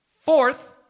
Fourth